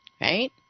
Right